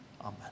Amen